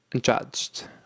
judged